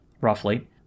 roughly